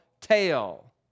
tail